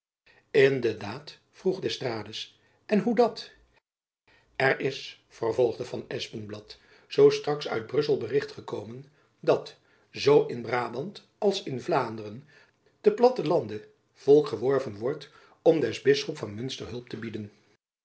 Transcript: in de daad vroeg d'estrades en hoe dat er is vervolgde van espenblad zoo straks uit brussel bericht gekomen dat zoo in brabant als in vlaanderen ten platten lande volk geworven wordt om den bisschop van munster hulp te bieden